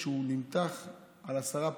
שנמתח על עשרה פרקים.